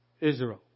Israel